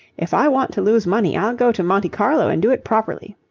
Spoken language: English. if i want to lose money, i'll go to monte carlo and do it properly.